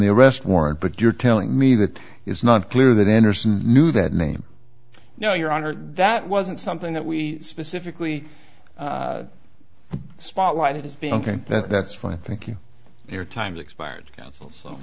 the arrest warrant but you're telling me that it's not clear that enters knew that name no your honor that wasn't something that we specifically spotlighted as being ok that's fine thank you your time expired counsel so